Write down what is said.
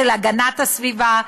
של הגנת הסביבה,